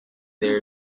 there